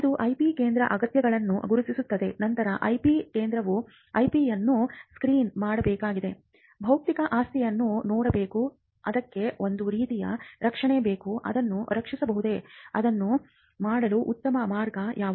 ಅದು ಐಪಿ ಕೇಂದ್ರದ ಅಗತ್ಯಗಳನ್ನು ಗುರುತಿಸುತ್ತದೆ ನಂತರ ಐಪಿ ಕೇಂದ್ರವು ಐಪಿಯನ್ನು ಸ್ಕ್ರೀನ್ ಮಾಡಬೇಕಾಗಿದೆ ಬೌದ್ಧಿಕ ಆಸ್ತಿಯನ್ನು ನೋಡಬೇಕು ಅದಕ್ಕೆ ಒಂದು ರೀತಿಯ ರಕ್ಷಣೆ ಬೇಕು ಅದನ್ನು ರಕ್ಷಿಸಬಹುದೇ ಅದನ್ನು ಮಾಡಲು ಉತ್ತಮ ಮಾರ್ಗ ಯಾವುದು